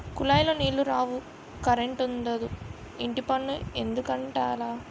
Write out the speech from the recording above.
కులాయిలో నీలు రావు కరంటుండదు ఇంటిపన్ను ఎందుక్కట్టాల